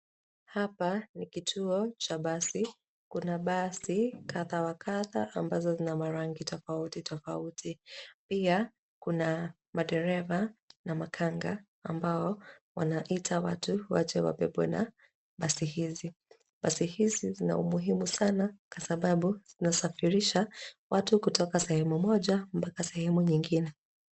Hapa ni kituo cha basi, kuna basi kadha wa kadha ambazo zina marangi tafauti tafauti pia kuna madereva na makanga ambao wanaita watu waje wapepwe na basi hizi , basi hizi sina umuhimu sana kwa sababu sinasafirisha watu kutoka sehemu moja mpaka sehemu nyingine.